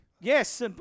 Yes